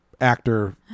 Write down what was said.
actor